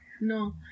No